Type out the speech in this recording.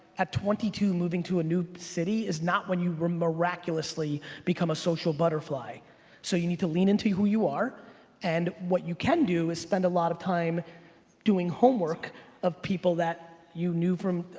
at twenty two moving to a new city is not when you miraculously become a social butterfly so you need to lean into who you are and what you can do is spend a lot of time doing homework of people that you knew from,